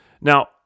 Now